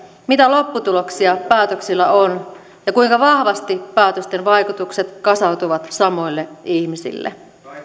mitä lopputuloksia päätöksillä on ja kuinka vahvasti päätösten vaikutukset kasautuvat samoille ihmisille